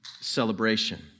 celebration